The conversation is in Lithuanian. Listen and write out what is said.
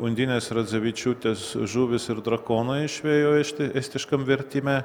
undinės radzevičiūtės žuvys ir drakonai išvėjo es estiškam vertime